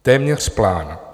Téměř plán.